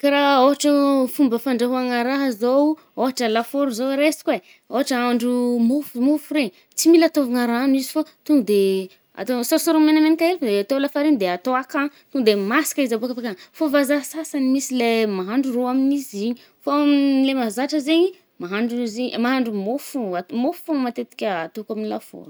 Kà raha ôhatro fomba fandraoàgna raha zao, ôhatra lafôro zao resiko e, ôhatra ahandro mofo-mofo regny, tsy mila atôvigna rano izy fô to nde atô saro-saromagna matetika de atô la farine de atô akà. To nde masaka avôka avàkagny. Fô vazahha sasany misy le mahandro rô amin’izy igny. Fô aminy le mahazatra zaigny, mahadro izy ih, mahandro mofo fôgno at-mofo fôgno matetika atôko amy lafôro.